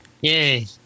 Yay